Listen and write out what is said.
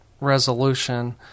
Resolution